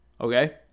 okay